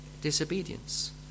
disobedience